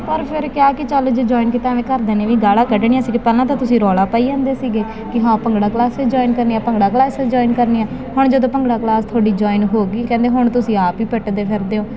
ਪਰ ਫਿਰ ਕਿਹਾ ਕਿ ਚੱਲ ਜੇ ਜੋਇਨ ਕੀਤਾ ਐਵੇਂ ਘਰਦਿਆਂ ਨੇ ਵੀ ਗਾਲਾਂ ਕੱਢਣੀਆਂ ਸੀ ਜੇ ਪਹਿਲਾਂ ਤਾਂ ਤੁਸੀਂ ਰੌਲਾ ਪਾਈ ਜਾਂਦੇ ਸੀਗੇ ਕਿ ਹਾਂ ਭੰਗੜਾ ਕਲਾਸਸ ਜੁਆਇਨ ਕਰਨੀ ਆ ਭੰਗੜਾ ਕਲਾਸਸ ਜੁਆਇਨ ਕਰਨੀ ਆ ਹੁਣ ਜਦੋਂ ਭੰਗੜਾ ਕਲਾਸ ਤੁਹਾਡੀ ਜੁਆਇਨ ਹੋ ਗਈ ਕਹਿੰਦੇ ਹੁਣ ਤੁਸੀਂ ਆਪ ਹੀ ਪਿੱਟਦੇ ਫਿਰਦੇ ਹੋ